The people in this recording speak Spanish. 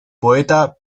poeta